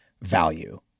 value